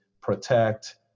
protect